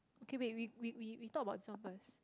okay wait we we we talk about this one first